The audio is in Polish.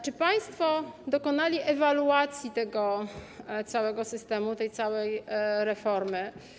Czy państwo dokonali ewaluacji tego całego systemu, tej całej reformy?